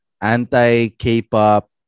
anti-K-pop